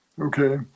Okay